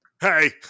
Hey